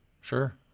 Sure